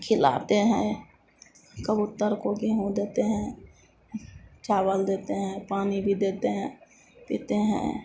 खिलाते हैं कबूतर को गेहूँ देते हैं चावल देते हैं पानी भी देते हैं पीते हैं